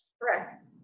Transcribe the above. Correct